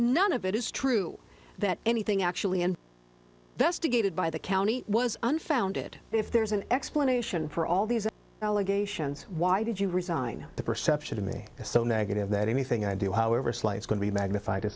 none of it is true that anything actually and that's to gated by the county was unfounded if there's an explanation for all these allegations why did you resign the perception to me is so negative that anything i do however slight it's going to be magnified